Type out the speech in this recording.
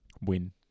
Win